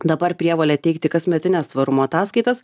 dabar prievolę teikti kasmetines tvarumo ataskaitas